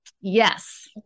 yes